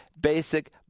basic